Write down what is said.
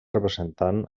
representant